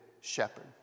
shepherd